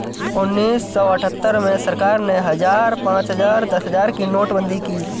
उन्नीस सौ अठहत्तर में सरकार ने हजार, पांच हजार, दस हजार की नोटबंदी की